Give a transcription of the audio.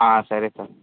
సరే సార్